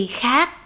khác